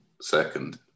second